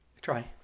Try